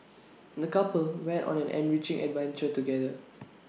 the couple went on an enriching adventure together